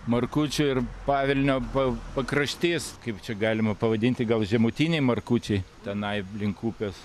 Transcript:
markučių ir pavilnio pa pakraštys kaip čia galima pavadinti gal žemutiniai markučiai tenai link upės